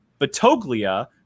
Batoglia